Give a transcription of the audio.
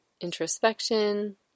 introspection